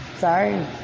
Sorry